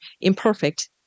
Imperfect